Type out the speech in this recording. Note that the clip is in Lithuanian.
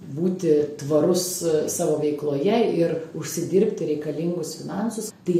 būti tvarus savo veikloje ir užsidirbti reikalingus finansus tai